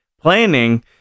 planning